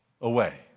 away